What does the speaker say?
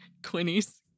Quinnies